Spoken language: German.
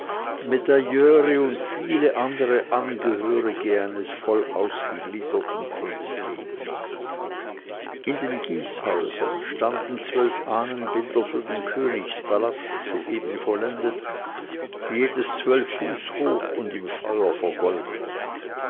medailleure und viele andere angehörige eines voll ausgegliederten kunstlebens in den gießhäusern standen zwölf ahnenbilder für den königspalast soeben vollendet jedes zwölf fuß hoch und im feuer vergoldet